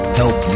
help